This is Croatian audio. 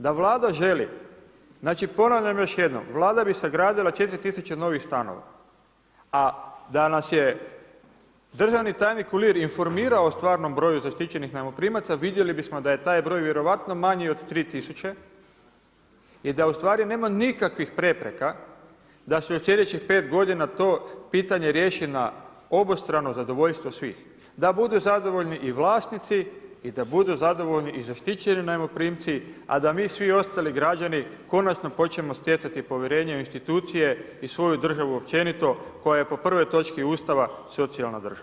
Da Vlada želi, znači ponavljam još jednom, Vlada bi sagradila 4 tisuće novih stanova, a da nas je državni tajnik Uhlir informirao o stvarnom broju zaštićenih najmoprimaca vidjeli bismo da je taj broj vjerojatno manji od 3 tisuće i da ustvari nema nikakvih prepreka da se u sljedećih 5 godina to pitanje riješi na obostrano zadovoljstvo svih, da budu zadovoljni i vlasnici i da budu zadovoljni i zaštićeni najmoprimci a da mi svi ostali građani konačno počnemo stjecati povjerenje u institucije i svoju državu općenito koja je po prvoj točki Ustava socijalna država.